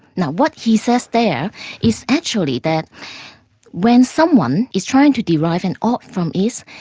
now what he says there is actually that when someone is trying to derive an ought from is,